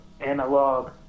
analog